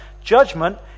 judgment